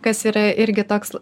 kas yra irgi toks